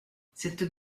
cette